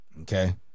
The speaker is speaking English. Okay